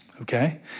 Okay